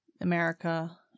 America